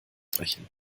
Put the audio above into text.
sprechen